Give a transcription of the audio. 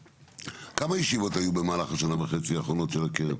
כמה ישיבות היו במהלך השנה וחצי האחרונות של הקרן?